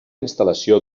instal·lació